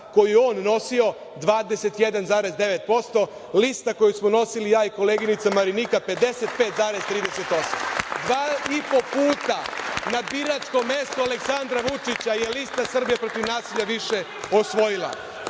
koju je on nosio 21,9%, lista koju smo nosili ja i koleginica Marinika 55,38%. Dva i po puta na biračko mesto Aleksandra Vučića je lista „Srbija protiv nasilja“ više osvojila.A,